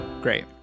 Great